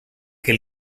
que